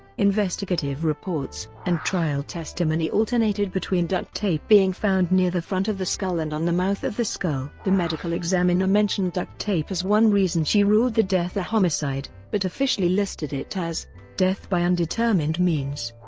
investigative reports and trial testimony alternated between duct tape being found near the front of the skull and on the mouth of the skull. the medical examiner mentioned duct tape as one reason she ruled the death a homicide, but officially listed it as death by undetermined means.